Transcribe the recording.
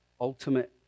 Ultimate